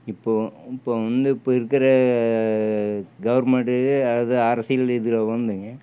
இப்போது இப்போ வந்து இப்போ இருக்கிற கவர்மெண்ட்டேயே அந்த அரசியல் இதில் வந்துங்க